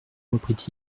reprit